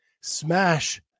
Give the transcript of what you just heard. smash